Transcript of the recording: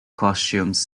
costumes